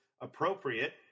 appropriate